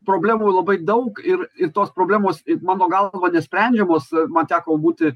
problemų labai daug ir ir tos problemos it mano galva nesprendžiamos man teko būti